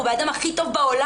הוא הבן אדם הכי טוב בעולם.